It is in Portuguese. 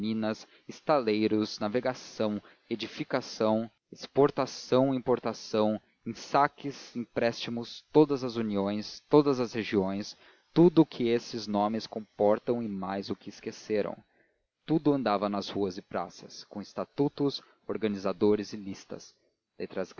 minas estaleiros navegação edificação exportação importação ensaques empréstimos todas as uniões todas as regiões tudo o que esses nomes comportam e mais o que esqueceram tudo andava nas ruas e praças com estatutos organizadores e listas letras